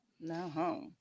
No